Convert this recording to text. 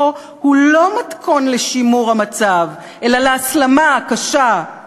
הוא לא מתכון לשימור המצב אלא להסלמה קשה,